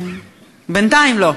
בינתיים לא.